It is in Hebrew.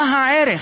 מה הערך,